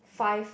five